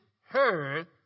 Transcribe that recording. heard